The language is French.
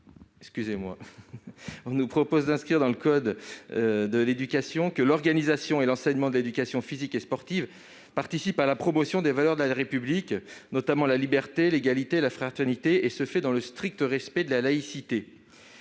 l'on nous propose d'inscrire dans le code de l'éducation. Je le cite :« L'organisation et l'enseignement de l'éducation physique et sportive participe à la promotion des valeurs de la République, notamment la liberté, l'égalité et la fraternité et se fait dans le strict respect de la laïcité.